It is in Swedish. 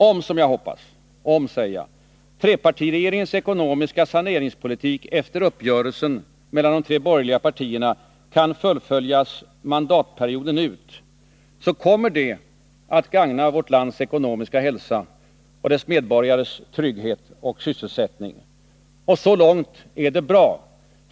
Om, som jag hoppas — om, säger jag — trepartiregeringens ekonomiska saneringspolitik efter uppgörelsen mellan de tre borgerliga partierna kan fullföljas mandatperioden ut, kommer detta att gagna vårt lands ekonomiska hälsa och dess medborgares trygghet och sysselsättning. Och så långt är det bra.